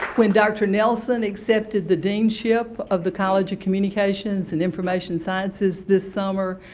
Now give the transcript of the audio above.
when dr. nelson accepted the deanship of the college of communication and information sciences this summer,